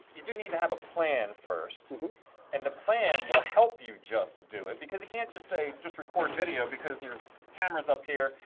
you do need to have a plan first and the plan will help you just do it because you can't just say just record video because your camera's up here,